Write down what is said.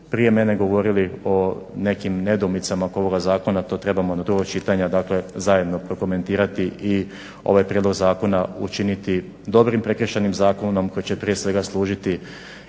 prije mene govorili o nekim nedoumicama oko ovoga zakona to trebamo do drugog čitanja dakle zajedno prokomentirati i ovaj prijedlog zakona učiniti dobrim Prekršajnim zakonom koji će prije svega služiti